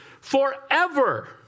forever